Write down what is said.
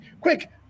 quick